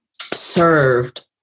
served